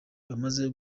bamaze